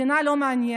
המדינה לא מעניינת.